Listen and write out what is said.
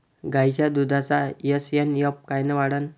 गायीच्या दुधाचा एस.एन.एफ कायनं वाढन?